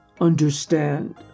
understand